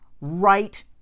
right